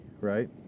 right